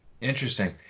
Interesting